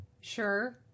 Sure